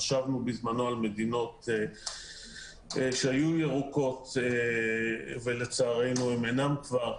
חשבנו בזמנו על מדינות שהיו ירוקות אך לצערנו הן אינן כאלה כבר.